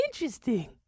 interesting